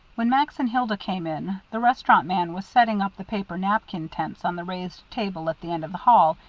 when max and hilda came in, the restaurant man was setting up the paper napkin tents on the raised table at the end of the hall,